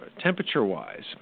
temperature-wise